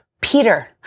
Peter